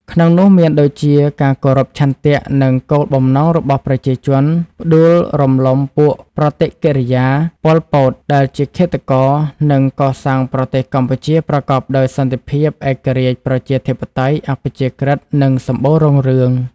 ក្នុងនោះមានដូចជា ការគោរពឆន្ទៈ និងគោលបំណងរបស់ប្រជាជន ផ្តួលរំលំពួកប្រតិកិរិយា ប៉ុល ពត ដែលជាឃាតករ និងកសាងលប្រទេសកម្ពុជាប្រកបដោយ សន្តិភាព ឯករាជ្យ ប្រជាធិបតេយ្យ អព្យាក្រឹត និង សម្បូររុងរឿង ។